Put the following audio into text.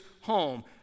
home